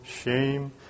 shame